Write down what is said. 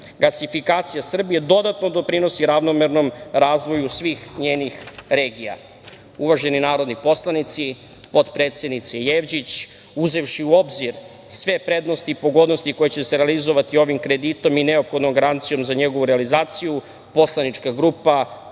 energenata. Gasifikacija Srbije dodatno doprinosi ravnomernom razvoju svih njenih regija. Uvaženi narodni poslanici, potpredsednice Jevđić, uzevši u obzir sve prednosti i pogodnosti koje će se realizovati ovim kreditom i neophodnom garancijom za njegovu realizaciju, poslanička grupa